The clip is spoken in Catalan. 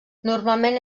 normalment